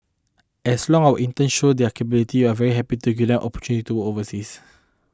as long our interns show their capabilities are very happy to give out opportunity to overseas